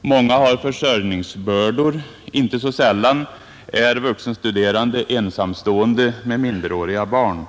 Många har försörjningsbördor. Inte så sällan är vuxenstuderande ensamstående med minderåriga barn.